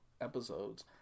episodes